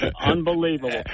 Unbelievable